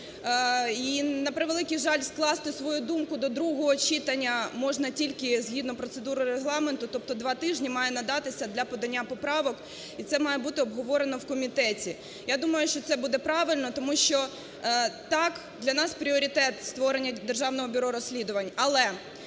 І на превеликий жаль, скласти свою думку до другого читання можна тільки згідно процедури Регламенту, тобто два тижні має надатися для подання поправок. І це має бути обговорено в комітеті. Я думаю, що це буде правильно, тому що так, для нас пріоритет – створення Державного бюро розслідувань,